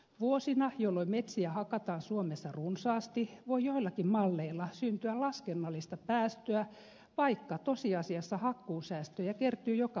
vuosina jolloin metsiä hakataan suomessa runsaasti voi joillakin malleilla syntyä laskennallista päästöä vaikka tosiasiassa hakkuusäästöjä kertyy joka vuosi